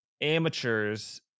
amateurs